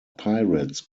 pirates